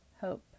hope